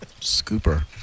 Scooper